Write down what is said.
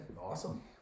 Awesome